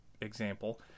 example